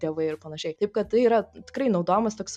dievai ir panašiai taip kad tai yra tikrai naudojamas toks